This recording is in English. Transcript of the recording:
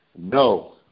No